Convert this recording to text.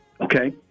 Okay